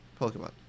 Pokemon